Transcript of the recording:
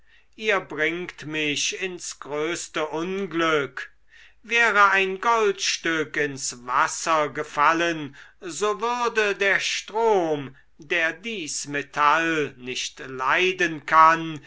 ihr bringt mich ins größte unglück wäre ein goldstück ins wasser gefallen so würde der strom der dies metall nicht leiden kann